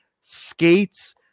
skates